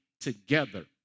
together